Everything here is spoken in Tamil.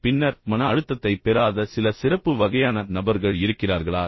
பின்னர் மன அழுத்தத்தைப் பெறாத சில சிறப்பு வகையான நபர்கள் இருக்கிறார்களா